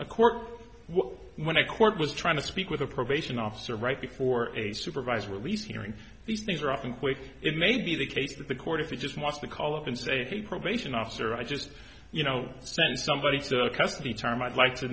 a court was trying to speak with a probation officer right before a supervised release hearing these things are often quick it may be the case that the court if you just walk the call up and say hey probation officer i just you know send somebody to the custody term i'd like to